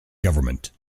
government